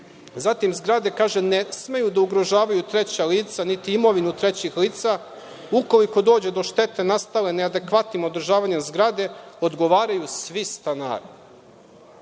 Zatim, kaže – zgrade ne smeju da ugrožavaju treća lica niti imovinu trećih lica, a ukoliko dođe do štete nastale neadekvatnim održavanjem zgrade odgovaraju svi stanari.